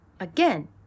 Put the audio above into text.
Again